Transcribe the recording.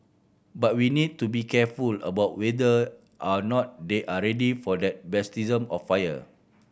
but we need to be careful about whether or not they are ready for that of fire